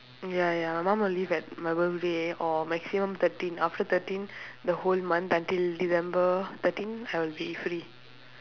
ya ya my mum will leave at my birthday or maximum thirteen after thirteen the whole month until december thirteen I will be free